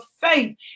faith